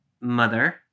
mother